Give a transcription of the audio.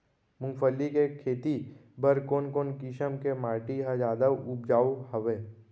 मूंगफली के खेती बर कोन कोन किसम के माटी ह जादा उपजाऊ हवये?